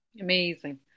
Amazing